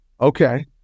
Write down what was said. Okay